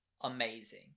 amazing